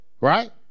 right